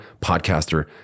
podcaster